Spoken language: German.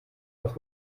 dass